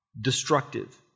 destructive